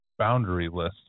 boundaryless